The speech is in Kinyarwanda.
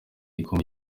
igikombe